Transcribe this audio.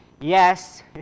Yes